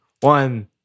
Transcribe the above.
one